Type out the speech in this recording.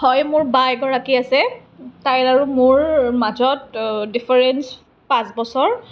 হয় মোৰ বা এগৰাকী আছে তাইৰ মোৰ মাজত ডিফাৰেনছ পাঁচ বছৰ